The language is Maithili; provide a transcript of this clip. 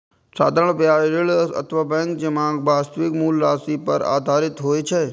साधारण ब्याज ऋण अथवा बैंक जमाक वास्तविक मूल राशि पर आधारित होइ छै